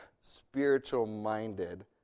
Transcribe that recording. spiritual-minded